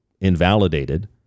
invalidated